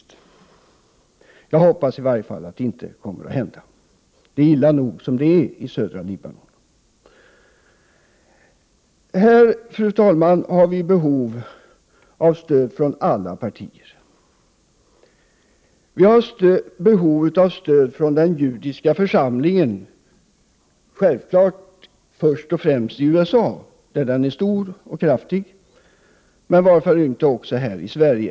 Jag hoppas i alla fall att det inte kommer att hända. Det är illa nog som det är i södra Libanon. Fru talman! I fråga om detta har vi behov av stöd från alla partier. Vi har behov av stöd från den judiska församlingen, självfallet först och främst den i USA, där den är stor och kraftig, men också den i Sverige.